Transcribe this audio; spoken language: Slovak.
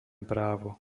právo